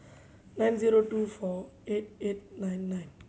nine zero two four eight eight nine nine